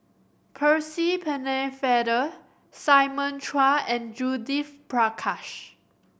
Percy Pennefather Simon Chua and Judith Prakash